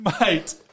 Mate